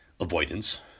Avoidance